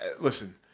listen